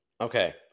Okay